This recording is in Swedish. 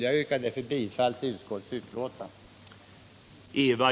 Jag yrkar därför bifall till utskottets hemställan.